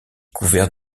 couverts